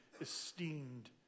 esteemed